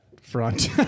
front